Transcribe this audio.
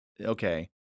okay